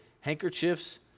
handkerchiefs